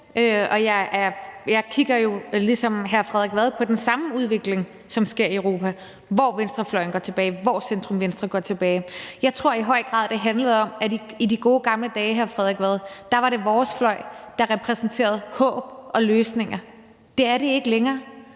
Vad også den udvikling, som sker i Europa, hvor venstrefløjen og centrum-venstre går tilbage. Jeg tror, at det i høj grad handler om, at det i de gode gamle dage var vores fløj, der repræsenterede håb og løsninger. Det er det ikke længere,